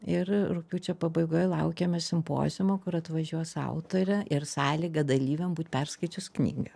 ir rugpjūčio pabaigoje laukiame simpoziumo kur atvažiuos autorė ir sąlyga dalyviam būt perskaičius knygą